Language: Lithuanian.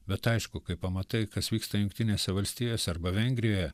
bet aišku kai pamatai kas vyksta jungtinėse valstijose arba vengrijoje